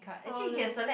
oh nice